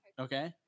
Okay